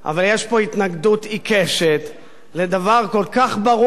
אבל יש פה התנגדות עיקשת לדבר כל כך ברור,